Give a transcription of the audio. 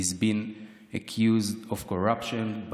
/ He's been accused of corruption,